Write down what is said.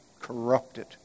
corrupted